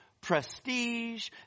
prestige